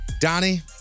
Donnie